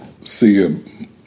see